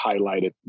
highlighted